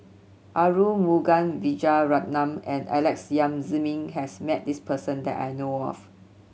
Arumugam Vijiaratnam and Alex Yam Ziming has met this person that I know of